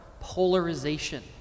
polarization